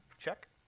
check